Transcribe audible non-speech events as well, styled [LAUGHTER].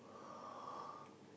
[NOISE]